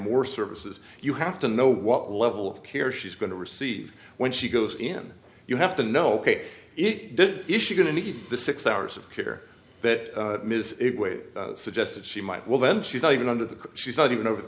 more services you have to know what level of care she's going to receive when she goes in you have to know that it did issue going to be the six hours of care that ms suggested she might well then she's not even under the she's not even over the